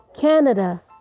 Canada